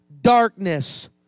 darkness